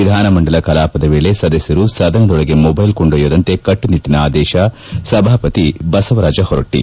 ವಿಧಾನಮಂಡಲ ಕಲಾಪದ ವೇಳೆ ಸದಸ್ನರು ಸದನದೊಳಗೆ ಮೊಬ್ಬೆಲ್ ಕೊಂಡೊಯ್ಲದಂತೆ ಕಟ್ಸುನಿಟ್ಲನ ಆದೇಶ ಸಭಾಪತಿ ಬಸವರಾಜ ಹೊರಟ್ಟಿ